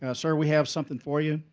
ah sir. we have something for you.